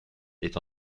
est